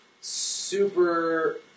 super